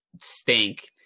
stink